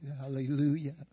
hallelujah